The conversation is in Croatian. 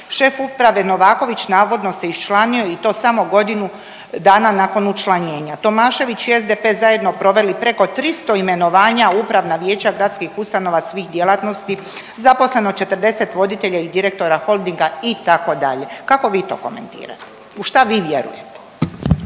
šef uprave Novakovi navodno se iščlanio i to samo godinu dana nakon učlanjenja, Tomašević i SDP zajedno proveli preko 300 imenovanja u upravna vijeća gradskih ustanova svih djelatnosti, zaposleno 40 voditelja i direktora Holdinga itd. Kako vi to komentirate? U šta vi vjerujete?